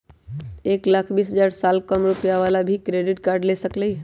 एक लाख बीस हजार के साल कम रुपयावाला भी क्रेडिट कार्ड ले सकली ह?